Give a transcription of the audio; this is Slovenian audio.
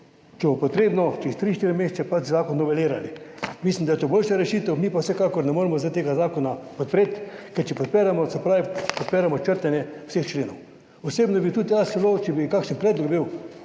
če bo potrebno, čez 3, 4 mesece pač zakon novelirali. Mislim, da je to boljša rešitev, mi pa vsekakor ne moremo zdaj tega zakona podpreti, ker če podpremo, se pravi podpiramo črtanje vseh členov. Osebno bi tudi jaz celo(?), če bi kakšen predlog bil,